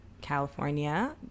California